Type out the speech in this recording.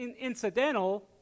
incidental